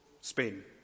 Spain